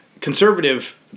conservative